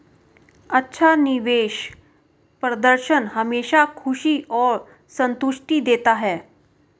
अच्छा निवेश प्रदर्शन हमेशा खुशी और संतुष्टि देता है